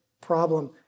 problem